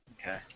Okay